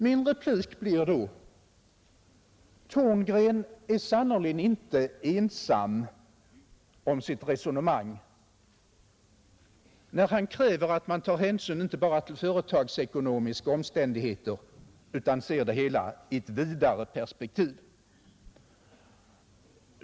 Min replik blir då: Thorngren är sannerligen inte ensam om sitt resonemang när han kräver att man tar hänsyn inte bara till företagsekonomiska omständigheter utan ser det hela i ett vidare perspektiv.